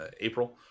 April